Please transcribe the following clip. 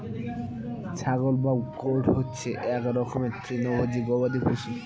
ছাগল বা গোট হচ্ছে এক রকমের তৃণভোজী গবাদি পশু